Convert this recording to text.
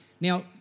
Now